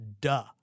duh